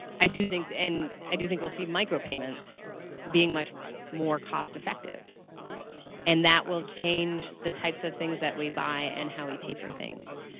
i do think the and i do think we'll see micro payments being much more cost effective and that will change the types of things that we buy and how we pay for things.